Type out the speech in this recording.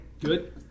Good